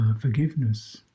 forgiveness